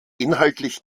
inhaltlich